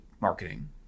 marketing